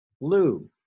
blue